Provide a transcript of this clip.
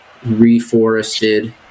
reforested